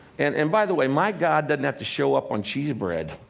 and and, by the way, my god doesn't have to show up on cheese bread.